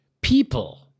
people